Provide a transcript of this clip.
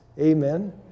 Amen